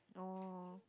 oh